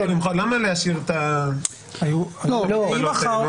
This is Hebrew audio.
למה להשאיר את המגבלות האלה?